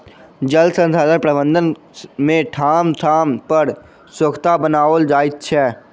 जल संसाधन प्रबंधन मे ठाम ठाम पर सोंखता बनाओल जाइत छै